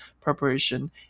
preparation